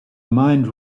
mind